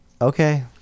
Okay